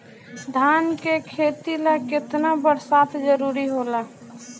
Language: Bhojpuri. धान के खेती ला केतना बरसात जरूरी होला?